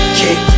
kick